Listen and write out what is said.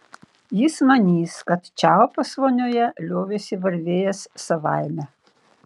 jis manys kad čiaupas vonioje liovėsi varvėjęs savaime